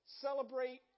celebrate